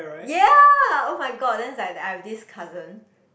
ya [oh]-my-god then I I will this cousin